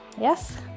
Yes